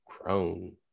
grown